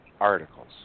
articles